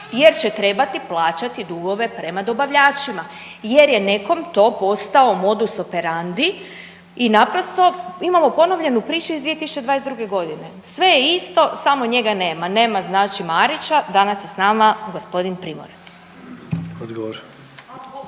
jer će trebati plaćati dugove prema dobavljačima, jer je nekom to postao modus operandi i naprosto imamo ponovljenu priču iz 2022. godine. Sve je isto samo njega nema, nema znači Marića danas je sa nama gospodin Primorac.